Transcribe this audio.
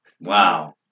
Wow